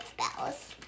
spells